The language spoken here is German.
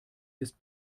ist